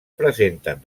presenten